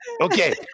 Okay